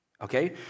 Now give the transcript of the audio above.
okay